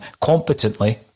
competently